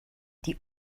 die